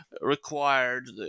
required